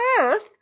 earth